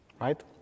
right